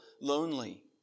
lonely